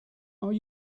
are